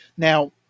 Now